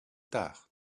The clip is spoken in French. tard